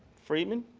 friedman?